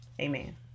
Amen